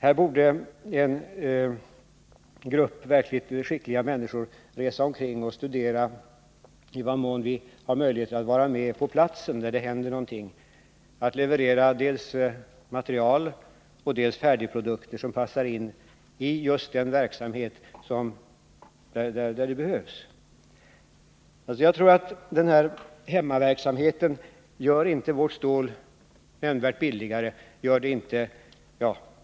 Här borde en grupp verkligt skickliga människor resa omkring och studera i vad mån vi har möjligheter att vara med på platsen där det händer någonting: att leverera dels material, dels färdigprodukter som passar in och behövs i just den verksamhet som bedrivs. Alltså: jag tror inte att den här hemmaverksamheten gör vårt stål nämnvärt billigare.